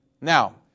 Now